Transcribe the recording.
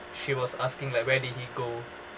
she was asking like where did he go